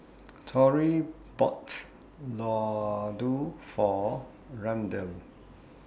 Torey bought Ladoo For Randel